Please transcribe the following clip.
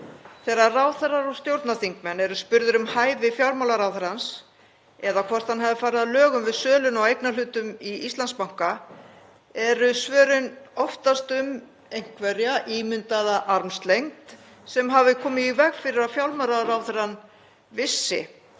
Þegar ráðherrar og stjórnarþingmenn eru spurðir um hæfi fjármálaráðherrans eða hvort hann hafi farið að lögum við sölu á eignarhlutum í Íslandsbanka eru svörin oftast um einhverja ímyndaða armslengd sem hafi komið í veg fyrir að fjármálaráðherrann vissi